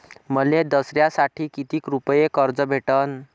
मले दसऱ्यासाठी कितीक रुपये कर्ज भेटन?